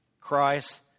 Christ